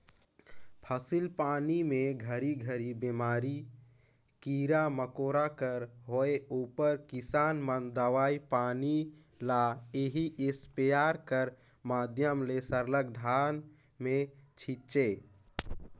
फसिल पानी मे घरी घरी बेमारी, कीरा मकोरा कर होए उपर किसान मन दवई पानी ल एही इस्पेयर कर माध्यम ले सरलग धान मे छीचे